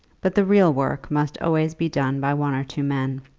but the real work must always be done by one or two men.